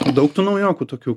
daug tų naujokų tokių